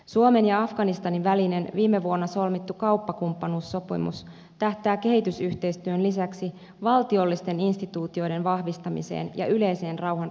suomen ja afganistanin välinen viime vuonna solmittu kauppakumppanuussopimus tähtää kehitysyhteistyön lisäksi valtiollisten instituutioiden vahvistamiseen ja yleiseen rauhan rakentamiseen